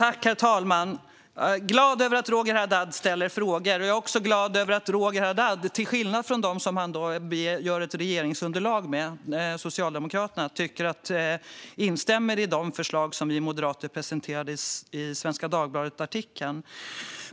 Herr talman! Jag är glad över att Roger Haddad ställer frågor. Jag är också glad över att Roger Haddad, till skillnad från dem som han bildar ett regeringsunderlag med - Socialdemokraterna - instämmer i de förslag som vi moderater presenterade i artikeln i Svenska Dagbladet.